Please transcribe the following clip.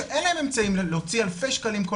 שאין להם אמצעים להוציא אלפי שקלים כל